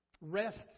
rests